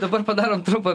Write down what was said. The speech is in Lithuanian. dabar padarom trumpą